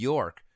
York